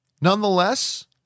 nonetheless